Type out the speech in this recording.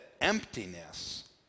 emptiness